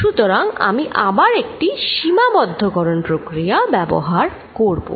সুতরাং আমি আবার একটি সীমাবদ্ধকরন প্রক্রিয়া ব্যবহার করব